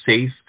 safe